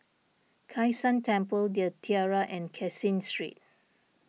Kai San Temple the Tiara and Caseen Street